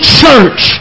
church